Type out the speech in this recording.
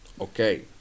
Okay